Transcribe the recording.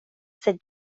sed